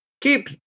keep